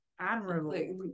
Admirable